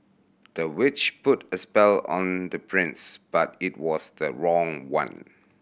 the witch put a spell on the prince but it was the wrong one